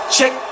Check